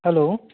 hello